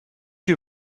you